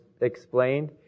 explained